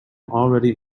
already